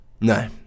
No